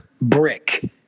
brick